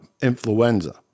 influenza